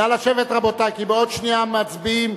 נא לשבת, רבותי, כי בעוד שנייה מצביעים.